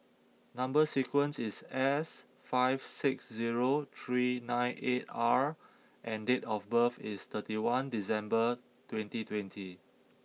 number sequence is S five six zero three nine eight R and date of birth is thirty one December twenty twenty